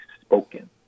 spoken